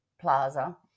plaza